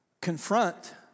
Confront